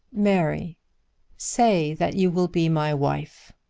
mary say that you will be my wife.